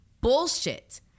bullshit